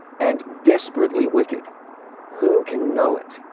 and desperately wicked who can know it?